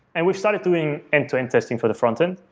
and we've started doing end-to-end testing for the frontend.